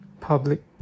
public